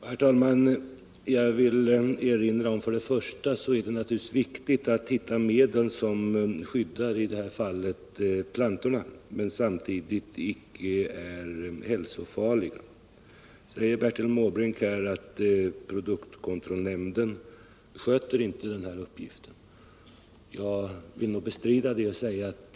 Herr talman! Jag vill erinra om att det för det första naturligtvis är viktigt att hitta medel som skyddar de plantor det här gäller och som samtidigt icke är hälsofarliga. Bertil Måbrink säger att produktkontrollnämnden inte sköter denna uppgift. Jag vill bestrida det.